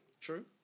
True